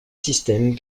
system